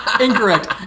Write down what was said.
Incorrect